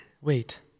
Wait